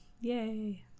yay